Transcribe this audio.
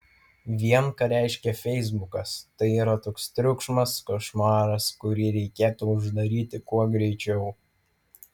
vien ką reiškia feisbukas tai yra toks triukšmas košmaras kurį reikėtų uždaryti kuo greičiau